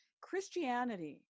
Christianity